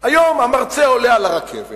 והיום המרצה עולה על הרכבת